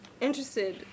interested